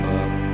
up